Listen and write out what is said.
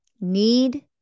need